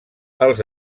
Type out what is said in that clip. els